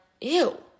Ew